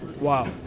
Wow